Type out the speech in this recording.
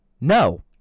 No